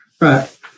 Right